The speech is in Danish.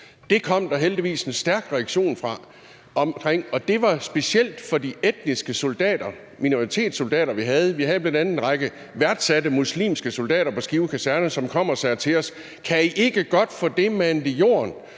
Det kom der heldigvis en stærk reaktion på, og det var specielt fra de etniske soldater, minoritetssoldater, vi havde. Vi havde bl.a. en række værdsatte muslimske soldater på Skive Kaserne, som kom og sagde til os: Kan I ikke godt få det manet i jorden,